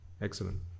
Excellent